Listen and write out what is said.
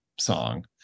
song